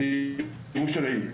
מירושלים.